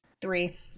Three